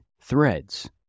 threads